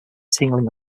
tingling